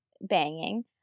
banging